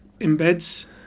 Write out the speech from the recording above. embeds